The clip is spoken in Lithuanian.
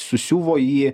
susiuvo jį